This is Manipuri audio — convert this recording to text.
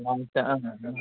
ꯅꯥꯏꯠꯇ